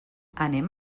anem